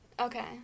Okay